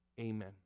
Amen